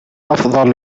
أفضل